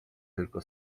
tylko